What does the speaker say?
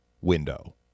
window